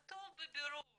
כתוב בבירור